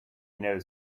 knows